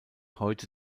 heute